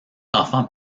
enfants